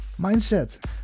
mindset